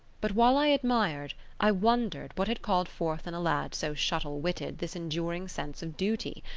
but while i admired, i wondered what had called forth in a lad so shuttle-witted this enduring sense of duty.